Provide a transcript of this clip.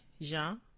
Jean